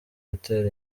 hotel